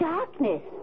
Darkness